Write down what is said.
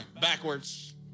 backwards